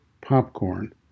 Popcorn